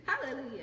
Hallelujah